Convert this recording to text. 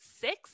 six